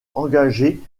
engagés